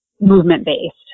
movement-based